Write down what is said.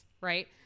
right